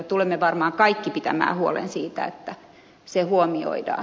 tulemme varmaan kaikki pitämään huolen siitä että se huomioidaan